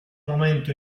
momento